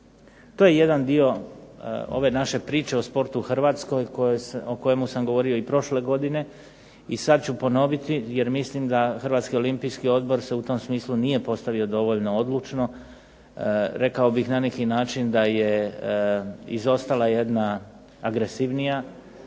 To je jedan dio ove naše priče o sportu u Hrvatskoj, o kojemu sam govorio i prošle godine, i sad ću ponoviti, jer mislim da Hrvatski olimpijski odbor se u tom smislu nije postavio dovoljno odlučno, rekao bih na neki način da je izostala jedna agresivnija